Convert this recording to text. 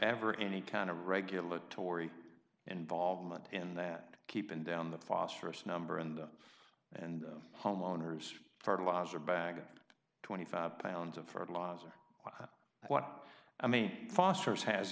ever any kind of regulatory involvement in that keeping down the phosphorus number and and homeowners fertilizer bagged twenty five pounds of fertilizer what i mean fosters